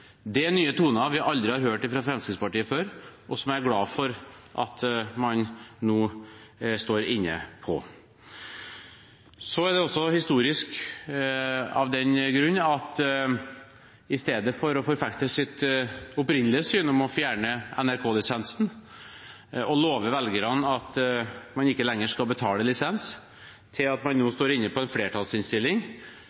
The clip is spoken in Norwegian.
nye toner vi aldri har hørt fra Fremskrittspartiet før, og som jeg er glad for at man nå står inne for. Så er det også historisk av den grunn at i stedet for å forfekte sitt opprinnelige syn om å fjerne NRK-lisensen og love velgerne at man ikke lenger skal betale lisens, er man med på en flertallsmerknad hvor det står at